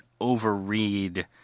overread